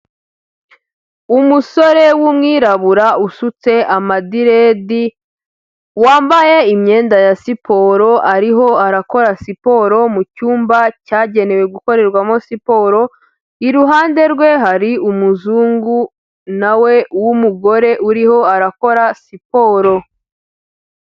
Umusore w'umwirabura usutse amadirede wambaye imyenda ya siporo ariho arakora siporo mu cyumba cyagenewe gukorerwamo siporo, iruhande rwe hari umuzungu nawe w'umugore uriho arakora siporo.